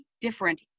different